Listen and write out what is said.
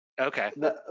Okay